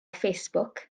facebook